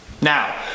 Now